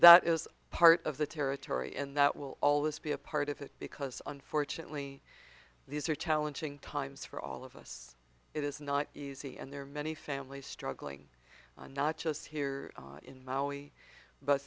that is part of the territory and that will always be a part of it because unfortunately these are challenging times for all of us it is not easy and there are many families struggling not just here in maui but